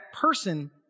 person